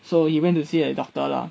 so he went to see a doctor lah